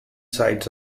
sides